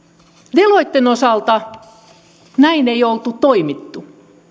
deloitten osalta näin ei oltu toimittu